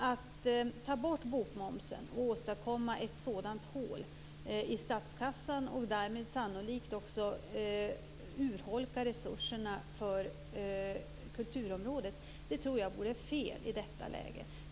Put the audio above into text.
Att ta bort bokmomsen och åstadkomma ett sådant hål i statskassan och därmed sannolikt också urholka resurserna på kulturområdet tror jag vore fel i detta läge.